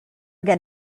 get